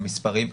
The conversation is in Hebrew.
המספרים.